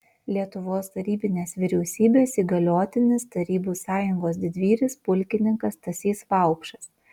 lietuvos tarybinės vyriausybės įgaliotinis tarybų sąjungos didvyris pulkininkas stasys vaupšas